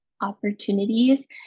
opportunities